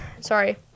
sorry